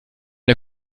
der